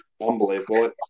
Unbelievable